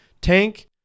tank